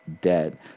dead